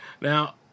Now